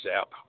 app